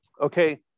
Okay